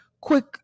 quick-